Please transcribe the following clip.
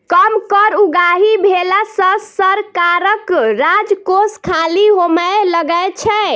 कम कर उगाही भेला सॅ सरकारक राजकोष खाली होमय लगै छै